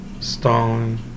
Stalin